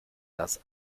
das